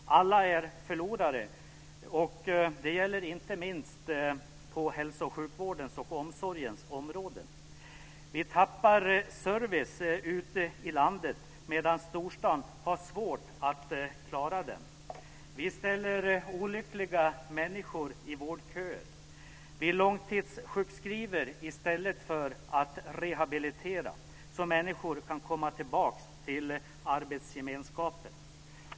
Alla är förlorare. Det gäller inte minst på hälso och sjukvårdens och omsorgens områden. Vi tappar service ute i landet, medan storstaden har svårt att klara den. Vi ställer olyckliga människor i vårdköer. Vi långtidssjukskriver i stället för att rehabilitera, så att människor kan komma tillbaks till arbetsgemenskapen.